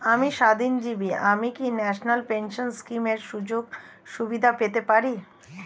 আমি স্বাধীনজীবী আমি কি ন্যাশনাল পেনশন স্কিমের সুযোগ সুবিধা পেতে পারি?